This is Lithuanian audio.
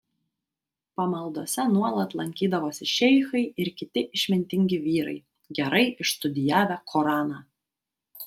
pamaldose nuolat lankydavosi šeichai ir kiti išmintingi vyrai gerai išstudijavę koraną